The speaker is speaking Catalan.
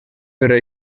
però